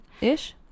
ish